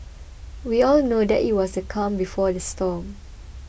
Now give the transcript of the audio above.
we all know that it was the calm before the storm